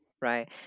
right